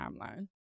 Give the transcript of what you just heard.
timeline